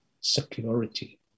security